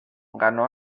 ganó